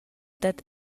dad